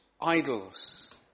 idols